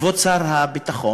כבוד שר הביטחון,